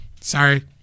sorry